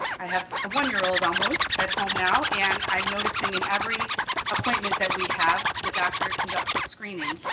i have a one year old almost, at home now. and i'm noticing in every appointment that we have, the doctor conducts a screening.